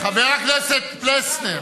חבר הכנסת פלסנר,